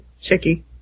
Chicky